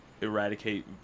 eradicate